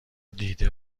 دیده